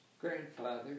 grandfather